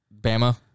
Bama